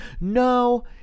No